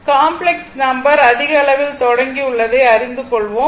complex number அதிக அளவில் தொடங்கியுள்ளதை அறிந்து கொள்வோம்